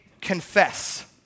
confess